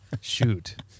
shoot